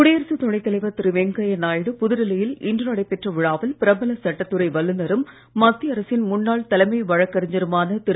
குடியரசுத் துணைத் தலைவர் திரு வெங்கையா நாயுடு புதுடில்லியில் இன்று நடைபெற்ற விழாவில் பிரபல சட்டத்துறை வல்லுநரும் மத்திய அரசின் முன்னாள் தலைமை வழக்கறிஞருமான திரு